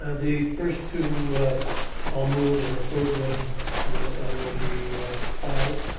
ah the first two i'll move and the third one will will be filed.